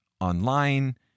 online